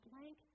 blank